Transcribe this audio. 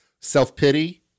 Self-pity